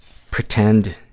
pretend